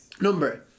Number